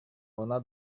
вона